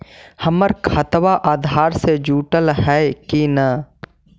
हमर खतबा अधार से जुटल हई कि न?